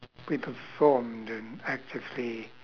we performed and actively